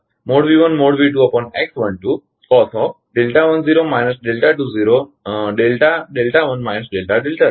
જો તમે કરો